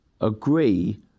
agree